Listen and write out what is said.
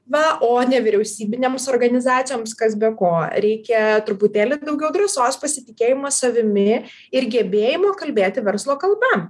va o nevyriausybinėms organizacijoms kas be ko reikia truputėlį daugiau drąsos pasitikėjimo savimi ir gebėjimo kalbėti verslo kalba